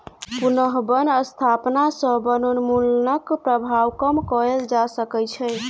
पुनः बन स्थापना सॅ वनोन्मूलनक प्रभाव कम कएल जा सकै छै